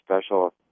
special